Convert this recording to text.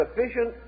sufficient